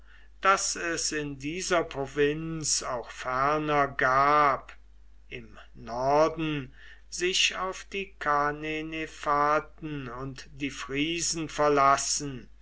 das es in dieser provinz auch ferner gab im norden sich auf die cannenefaten und die friesen verlassen